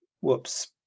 Whoops